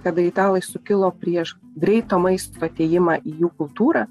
kada italai sukilo prieš greito maisto atėjimą į jų kultūrą